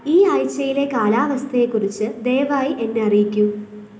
ഈ ആഴ്ചയിലെ കാലാവസ്ഥയെ കുറിച്ച് ദയവായി എന്നെ അറിയിക്കൂ